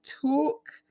talk